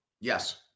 Yes